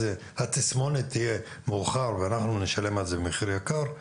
התסמונת תטופל מאוחר ואנחנו נשלם על זה מחיר יקר?